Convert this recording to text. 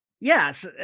yes